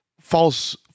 false